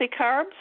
carbs